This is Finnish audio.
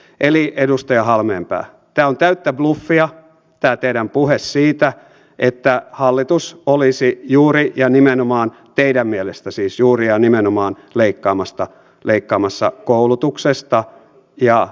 eli edustaja halmeenpää tämä on täyttä bluffia tämä teidän puheenne siitä että hallitus olisi juuri ja nimenomaan siis teidän mielestänne juuri ja nimenomaan leikkaamassa koulutuksesta ja tutkimuksesta